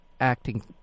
acting